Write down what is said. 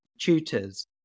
tutors